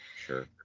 sure